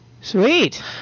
Sweet